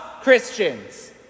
Christians